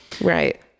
Right